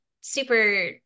Super